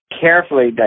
carefully